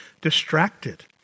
distracted